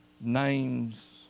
names